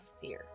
fear